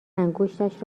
انگشتش